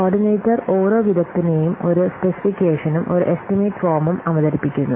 coordinator ഓരോ വിദഗ്ദ്ധനെയും ഒരു സ്പെസിഫിക്കേഷനും ഒരു എസ്റ്റിമേറ്റ് ഫോമും അവതരിപ്പിക്കുന്നു